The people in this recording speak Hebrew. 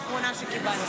מה ההנחיה האחרונה שקיבלת?